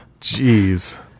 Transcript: Jeez